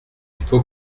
faut